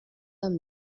amb